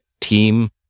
team